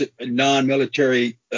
non-military